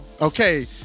Okay